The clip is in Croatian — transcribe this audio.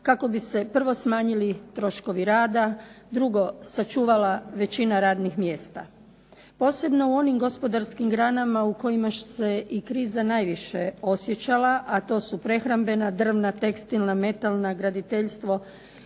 kako bi se prvo smanjili troškovi rada, drugo sačuvala većina radnih mjesta, posebno u onim gospodarskim granama u kojima se kriza najviše osjećala, a to su prehrambena, drvna, tekstilna, metalna, graditeljstvo